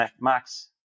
max